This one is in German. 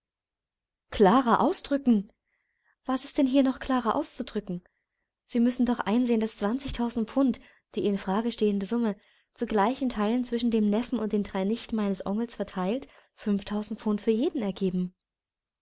klarer ausdrücken was ist denn hier noch klarer auszudrücken sie müssen doch einsehen daß zwanzigtausend pfund die in frage stehende summe zu gleichen teilen zwischen dem neffen und den drei nichten meines onkels verteilt fünftausend pfund für jeden ergeben